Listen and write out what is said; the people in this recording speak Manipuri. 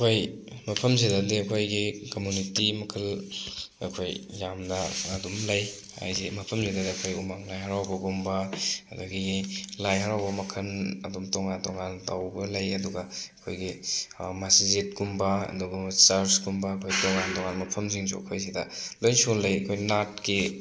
ꯑꯩꯈꯣꯏ ꯃꯐꯝꯁꯤꯗꯗꯤ ꯑꯩꯈꯣꯏꯒꯤ ꯀꯝꯃꯨꯅꯤꯇꯤ ꯃꯈꯜ ꯑꯩꯈꯣꯏ ꯌꯥꯝꯅ ꯑꯗꯨꯝ ꯂꯩ ꯍꯥꯏꯗꯤ ꯃꯐꯝꯁꯤꯗꯗꯤ ꯑꯩꯈꯣꯏ ꯎꯃꯪ ꯂꯥꯏ ꯍꯔꯥꯎꯕꯒꯨꯝꯕ ꯑꯗꯒꯤ ꯂꯥꯏ ꯍꯔꯥꯎꯕ ꯃꯈꯟ ꯑꯗꯨꯝ ꯇꯣꯉꯥꯟ ꯇꯣꯉꯥꯟ ꯇꯧꯕ ꯂꯩ ꯑꯗꯨꯒ ꯑꯩꯈꯣꯏꯒꯤ ꯃꯁꯥꯖꯤꯠꯀꯨꯝꯕ ꯑꯗꯨꯒ ꯆꯔꯁꯀꯨꯝꯕ ꯑꯩꯈꯣꯏ ꯇꯣꯉꯥꯟ ꯇꯣꯉꯥꯟꯕ ꯃꯐꯝꯁꯤꯡꯁꯨ ꯑꯩꯈꯣꯏ ꯁꯤꯗ ꯂꯣꯏ ꯁꯨꯅ ꯂꯩ ꯑꯩꯈꯣꯏ ꯅꯥꯠꯀꯤ